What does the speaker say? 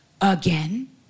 again